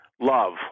Love